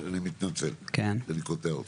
אני מתנצל שאני קוטע אותך.